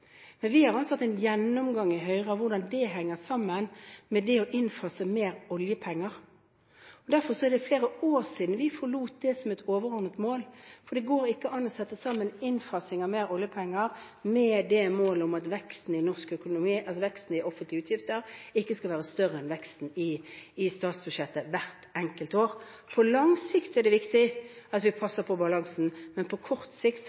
men vi har altså hatt en gjennomgang i Høyre av hvordan dette henger sammen med det å innfase mer oljepenger. Derfor er det flere år siden vi forlot dette som et overordnet mål, for det går ikke an å sette sammen innfasing av mer oljepenger med målet om at veksten i offentlige utgifter ikke skal være større enn veksten i statsbudsjettet hvert enkelt år. På lang sikt er det viktig at vi passer på balansen, men på kort sikt